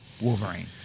Wolverine